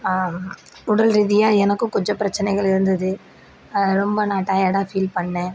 உடல் ரீதியாக எனக்கும் கொஞ்சம் பிரச்சினைகள் இருந்தது ரொம்ப நான் டயர்டாக ஃபீல் பண்ணிணேன்